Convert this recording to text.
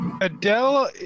Adele